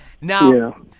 Now